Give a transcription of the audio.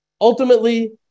ultimately